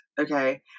Okay